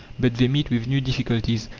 but they meet with new difficulties,